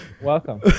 Welcome